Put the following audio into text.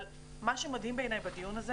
אבל מה שמדהים בעיניי בדיון הזה